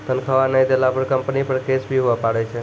तनख्वाह नय देला पर कम्पनी पर केस भी हुआ पारै छै